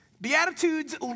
Beatitudes